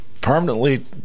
permanently